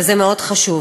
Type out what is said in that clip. וזה מאוד חשוב.